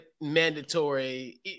mandatory